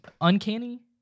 uncanny